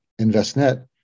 InvestNet